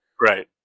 Right